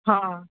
ହଁ